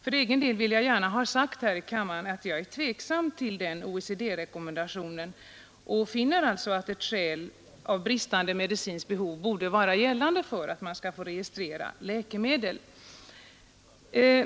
För egen del vill jag gärna deklarera i denna kammare att jag är tveksam inför denna OECD-rekommendation och alltså finner att skälet ”av bristande medicinskt behov” borde vara en indikator i samband med registrering av läkemedel.